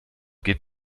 geht